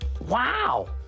Wow